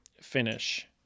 finish